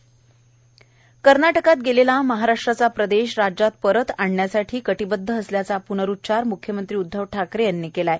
बेळगाव सीमा कर्नाटकात गेलेला महाराष्ट्राचा प्रदेश राज्यात परत आणण्यासाठी कटिबद्ध असल्याचा प्नरुच्चार म्ख्यमंत्री उद्वव ठाकरे यांनी केला आहे